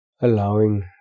Allowing